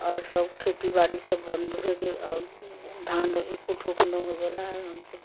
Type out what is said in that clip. आओर सभ खेती बारीसभ बन्द हो गेल आओर धान एको ठोप ना होयवला हइ हमसभ